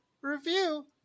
review